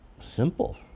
Simple